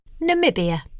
Namibia